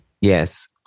yes